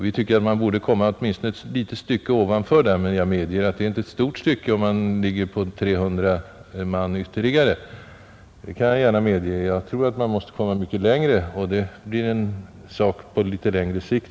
Vi anser att man borde komma ett litet stycke därutöver. Jag medger att det inte blir något stort stycke, om polisen får 300 man ytterligare. Jag tror att vi måste gå mycket längre, men det får naturligtvis bli en sak på litet längre sikt.